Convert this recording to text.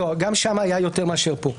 לא, גם שם היה יותר מאשר פה.